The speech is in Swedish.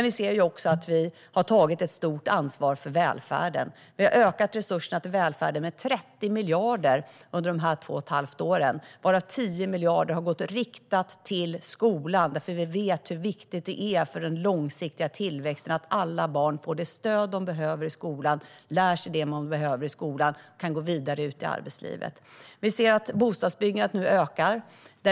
Vi har också tagit ett stort ansvar för välfärden. Vi har ökat resurserna till välfärden med 30 miljarder under de här två och ett halvt åren, varav 10 miljarder har riktats till skolan, eftersom vi vet hur viktigt det är för den långsiktiga tillväxten att alla barn får det stöd de behöver i skolan, lär sig det de behöver i skolan och kan gå vidare ut i arbetslivet. Bostadsbyggandet ökar.